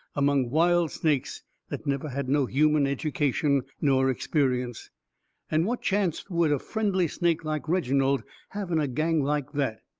among wild snakes that never had no human education nor experience and what chancet would a friendly snake like reginald have in a gang like that?